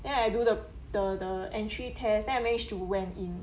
then I do the the the entry test then I managed to went in